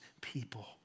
people